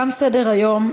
תם סדר-היום.